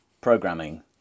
programming